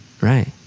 Right